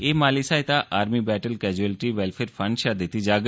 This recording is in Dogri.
एह् माली सहायता army battle casualty welfare fund चा दित्ती जाग